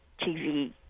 TV